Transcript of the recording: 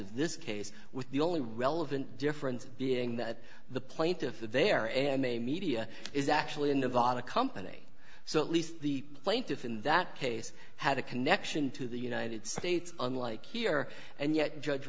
of this case with the only relevant difference being that the plaintiff there am a media is actually in nevada company so at least the plaintiff in that case had a connection to the united states unlike here and yet judge